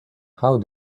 how